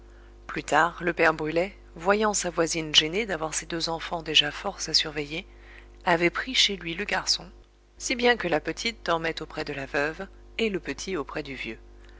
plus tard le père brulet voyant sa voisine gênée d'avoir ces deux enfants déjà forts à surveiller avait pris chez lui le garçon si bien que la petite dormait auprès de la veuve et le petit auprès du vieux